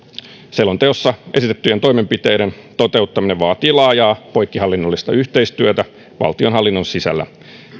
selonteossa esitettyjen toimenpiteiden toteuttaminen vaatii laajaa poikkihallinnollista yhteistyötä valtionhallinnon sisällä